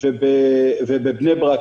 ובבני ברק,